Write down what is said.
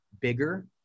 bigger